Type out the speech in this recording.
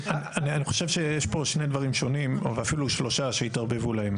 אני חושב שיש פה שני דברים שונים ואפילו שלושה שהתערבבו להם.